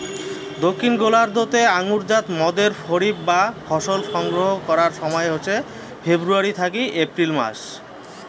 দক্ষিন গোলার্ধ তে আঙুরজাত মদের খরিফ বা ফসল সংগ্রহ করার সময় হসে ফেব্রুয়ারী থাকি এপ্রিল মাস